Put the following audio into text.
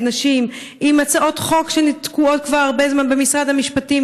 נשים ועם הצעות חוק שתקועות כבר הרבה זמן במשרד המשפטים.